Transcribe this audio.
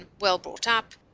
well-brought-up